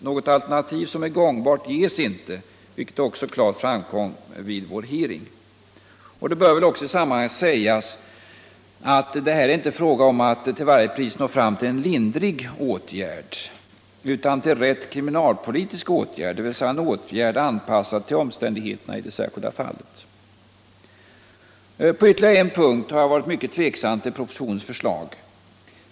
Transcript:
Något alternativ som är gångbart ges inte, vilket också klart framkom vid vår hearing. Det bör väl i sammanhanget också sägas att det här inte är fråga om att till varje pris nå fram till en lindrigare åtgärd utan till rätt kriminalpolitisk åtgärd, dvs. en åtgärd anpassad till omständigheterna i det särskilda fallet. På ytterligare en punkt har jag varit mycket tveksam till propositionens förslag.